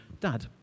Dad